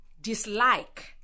dislike